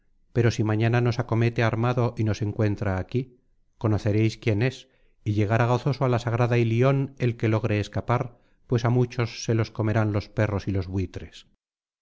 pero si mañana nos acomete armado y nos encuentra aquí conoceréis quién es y llegará gozoso á la sagrada ilion el que logre escapar pues á muchos se los comerán los perros y los buitres